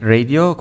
Radio